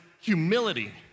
humility